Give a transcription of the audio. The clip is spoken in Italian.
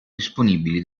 disponibili